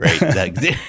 right